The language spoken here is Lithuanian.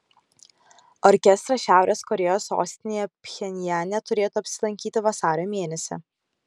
orkestras šiaurės korėjos sostinėje pchenjane turėtų apsilankyti vasario mėnesį